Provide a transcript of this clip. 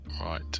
right